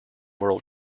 world